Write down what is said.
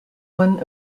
one